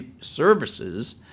services